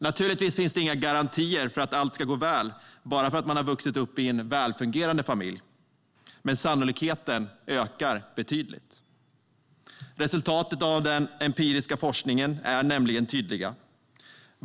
Naturligtvis finns det inga garantier för att allt ska gå väl bara för att man har vuxit upp i en välfungerande familj, men sannolikheten ökar betydligt. Resultaten av den empiriska forskningen är nämligen tydliga.